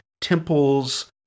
temples